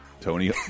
Tony